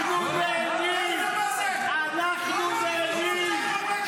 --- אנחנו נהנים, אנחנו נהנים.